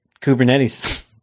Kubernetes